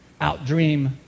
outdream